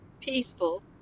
peaceful